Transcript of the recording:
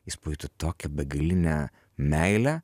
jis pajuto tokią begalinę meilę